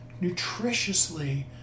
nutritiously